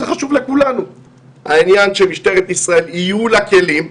זה חשוב לכולנו שלמשטרת ישראל יהיו כלים.